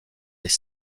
les